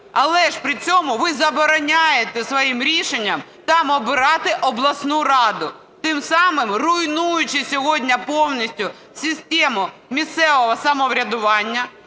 Але ж при цьому ви забороняєте своїм рішення там обирати обласну раду, тим самим руйнуючи сьогодні повністю систему місцевого самоврядування.